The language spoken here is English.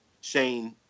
Shane